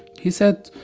he said,